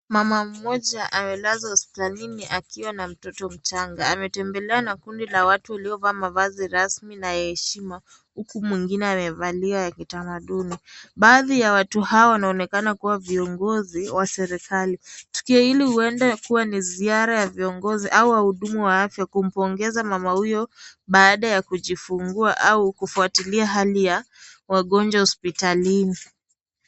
Mama mmoja amelazwa hospitalini akiwa na mtoto mchanga, ametembelewa na kundi la watu waliovaa mavazi rasmi na ya heshima, huku mwingine amevalia ya kitamaduni, baadhi ya watu hawa anaonekana kuwa viongozi wa serikali, tukio hili huenda kuwa ni ziara ya viongozi au wahudumu wa afya kumpongeza mama huyu baada ya kujifungua, au kufuatilia hali ya wagonjwa hospitalini.